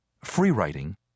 free-writing